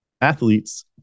athletes